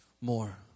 more